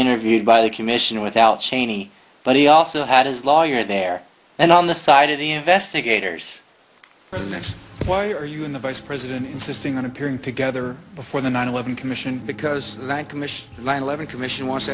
interviewed by the commission without cheney but he also had his lawyer there and on the side of the investigators president why are you in the vice president insisting on appearing together before the nine eleven commission because the nine commish nine eleven commission wants to